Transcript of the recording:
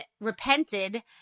repented